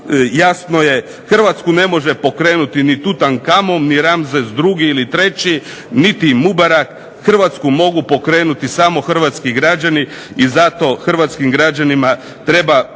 jasno je, Hrvatsku ne može pokrenuti ni Tutankamon ni Ramzes II ili III, niti Mubarak, Hrvatsku mogu pokrenuti samo hrvatski građani i zato hrvatskim građanima treba